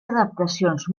adaptacions